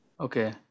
Okay